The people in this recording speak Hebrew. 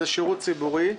שירות ציבורי,